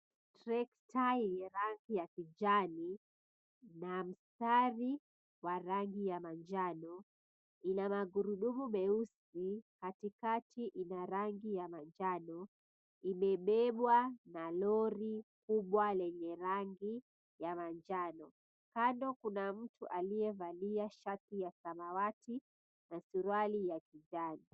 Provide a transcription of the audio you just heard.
Trekta yenye rangi ya kijani na mstari wa rangi ya manjano ina magurudumu meusi, katikati ina rangi ya manjano, imebebwa na lori kubwa lenye rangi ya manjano. Kando kuna mtu aliyevalia shati ya samawati na suruali ya kijani.